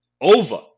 Over